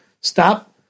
stop